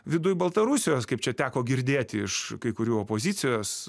viduj baltarusijos kaip čia teko girdėti iš kai kurių opozicijos